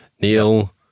Neil